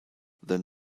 than